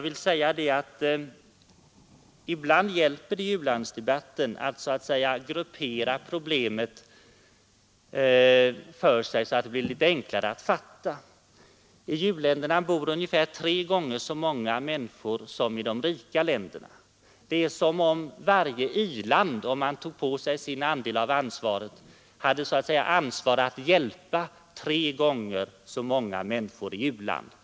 Ibland hjälper det i u-landsdebatten att gruppera problemet för sig själv så att det blir litet enklare att fatta. I u-länderna bor ungefär tre gånger så många människor som i de rika länderna. Det är som om varje i-land, om det tog på sig sin andel av biståndsbördan, skulle ”ansvara” för tre gånger så många människor i u-länder.